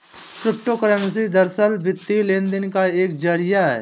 crypto currency दरअसल, वित्तीय लेन देन का एक जरिया है